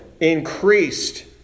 increased